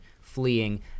fleeing